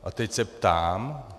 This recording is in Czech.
A teď se ptám.